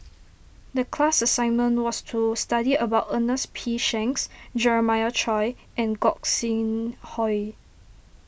the class assignment was to study about Ernest P Shanks Jeremiah Choy and Gog Sing Hooi